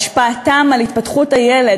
השפעתם על התפתחות הילד,